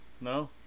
No